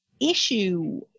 issue